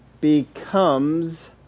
Becomes